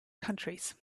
countries